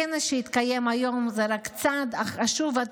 הכנס שהתקיים היום זה צעד חשוב.